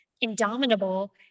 indomitable